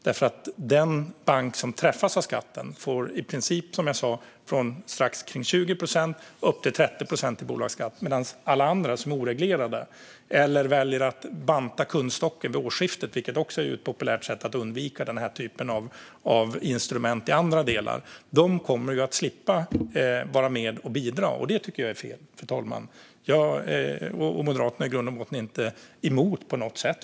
Den bank som träffas av skatten får som jag sa i princip en höjning från omkring 20 procent till nästan 30 procent i bolagsskatt, medan alla andra som är oreglerade eller väljer att banta kundstocken vid årsskiftet - vilket också är ett populärt sätt att undvika den här typen av instrument i andra delar - kommer att slippa vara med och bidra. Det tycker jag är fel, fru talman. Jag och Moderaterna är i grund och botten inte emot det här på något sätt.